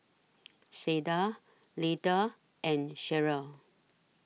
Sada Leitha and Cheryl